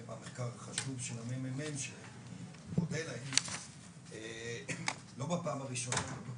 ובמחקר החשוב של מרכז המחקר והמידע ולא בפעם הראשונה,